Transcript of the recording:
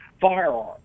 firearm